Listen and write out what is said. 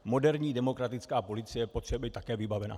Moderní demokratická policie potřebuje být také vybavena.